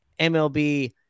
MLB